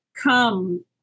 come